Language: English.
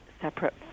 separate